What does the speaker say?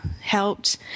helped